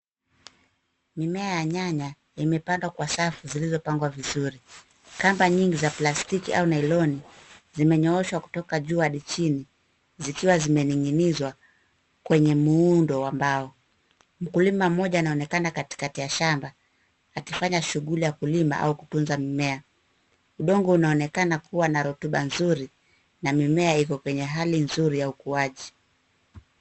Mimea ya nyanya imepandwa kwa safu zilizopangwa vizuri. Kamba nyingi za plastiki au nailoni zimenyooshwa kutoka juu Hadi chini ,zikiwa zimeninginizwa kwenye muundo wa mbao .Mkulima Mmoja anaonekana katikati ya shamba akifanya shughuli ya kulima au kutunza mimea ,udongo unaonekana kuwa na rotuba nzuri na mimea iko kwenye hali nzuri ya ukuaji.